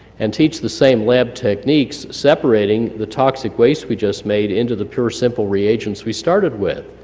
and teach the same lab techniques separating the toxic waste we just made into the pure simple reagents we started with?